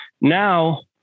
now